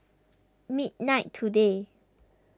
midnight today